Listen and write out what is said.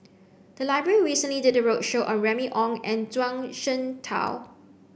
the library recently did a roadshow on Remy Ong and Zhuang Shengtao